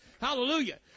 Hallelujah